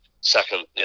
second